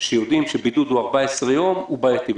שיודעים שבידוד 14 יום הוא בעייתי.